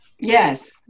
Yes